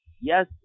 Yes